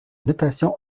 notation